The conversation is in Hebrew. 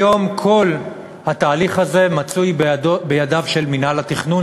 היום כל התהליך הזה מצוי בידיו של מינהל התכנון,